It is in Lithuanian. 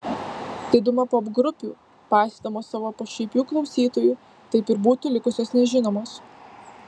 diduma popgrupių paisydamos savo pašaipių klausytojų taip ir būtų likusios nežinomos